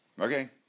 Okay